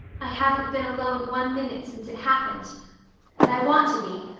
i haven't been alone one minute since it happened and i want to be.